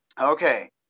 Okay